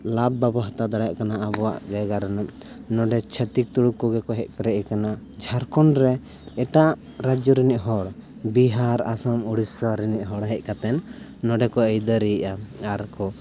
ᱞᱟᱵᱷ ᱵᱟᱵᱚ ᱦᱟᱛᱟᱣ ᱫᱟᱲᱮᱭᱟᱜ ᱠᱟᱱᱟ ᱟᱵᱚᱣᱟᱜ ᱡᱟᱭᱜᱟ ᱨᱮᱱᱟᱜ ᱱᱚᱰᱮ ᱪᱷᱟᱛᱤᱠ ᱛᱩᱲᱩᱠ ᱠᱚᱜᱮ ᱠᱚ ᱦᱮᱡ ᱯᱮᱨᱮᱡ ᱟᱠᱟᱱᱟ ᱡᱷᱟᱲᱠᱷᱚᱸᱰᱨᱮ ᱮᱴᱟᱜ ᱨᱟᱡᱽᱡᱚ ᱨᱤᱱᱤᱡ ᱦᱚᱲ ᱵᱤᱦᱟᱨ ᱟᱥᱟᱢ ᱩᱲᱤᱥᱥᱟ ᱨᱤᱱᱤᱡ ᱦᱚᱲ ᱦᱮᱡ ᱠᱟᱛᱮᱫ ᱱᱚᱰᱮᱠᱚ ᱟᱹᱭᱫᱟᱹᱨᱤᱭᱮᱜᱼᱟ ᱟᱨᱠᱚ